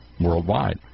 worldwide